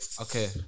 Okay